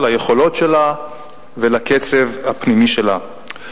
ליכולות שלה ולקצב הפנימי שלה.